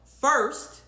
first